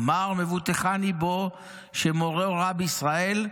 אמר: מובטחני בו שמורה הוראה בישראל.